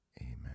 Amen